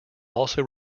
also